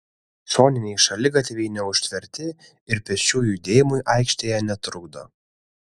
šoniniai šaligatviai neužtverti ir pėsčiųjų judėjimui aikštėje netrukdo